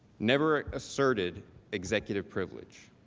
never asserted executive privilege.